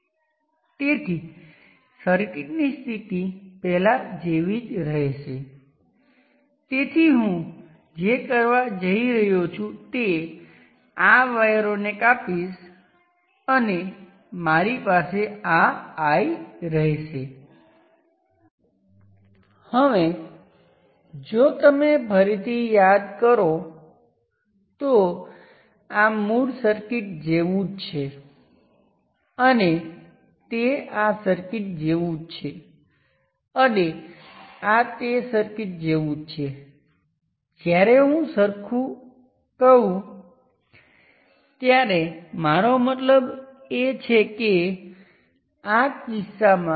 જો આપણે VL લાગુ કરીએ છીએ તો આપણી પાસે ચોક્કસ કરંટ IL છે અને સુપર પોઝિશન માટે આપણે જે બે કેસ લીધા છે તેમાંથી આપણે જાણીએ છીએ કે આ IL બરાબર IN છે શોર્ટ સર્કિટ કરંટ અથવા નોર્ટન કરંટ VL ને RN દ્વારા ડિવાઇડ કરે છે